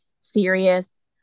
serious